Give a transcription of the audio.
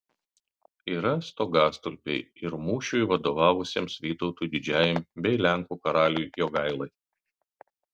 yra stogastulpiai ir mūšiui vadovavusiems vytautui didžiajam bei lenkų karaliui jogailai